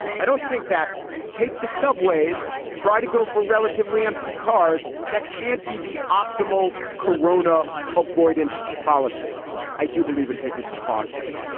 i don't think that takes the subways try to go for relatively empty cars. that can't be the optimal corona avoidant policy. look, i do believe in taking precautions,